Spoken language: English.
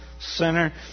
sinner